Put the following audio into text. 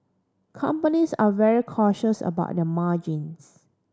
companies are very cautious about their margins